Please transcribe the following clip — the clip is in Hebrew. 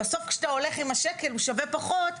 בסוף כשאתה הולך עם השקל הוא משווה פחות,